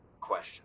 question